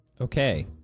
Okay